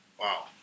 Wow